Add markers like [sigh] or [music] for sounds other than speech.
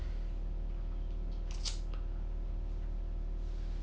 [noise]